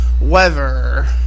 weather